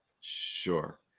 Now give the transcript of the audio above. Sure